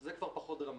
שהם פחות דרמטיים.